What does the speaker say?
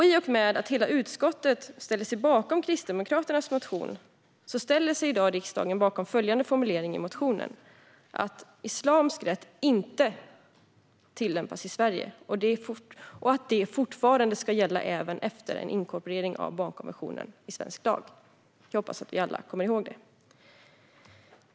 I och med att hela utskottet ställer sig bakom Kristdemokraternas motion ställer sig riksdagen i dag bakom formuleringen i motionen om att islamisk rätt inte tillämpas i Sverige och att det ska gälla även efter en inkorporering av barnkonventionen i svensk lag. Jag hoppas att vi alla kommer ihåg det.